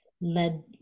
led